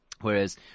whereas